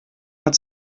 hat